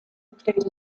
include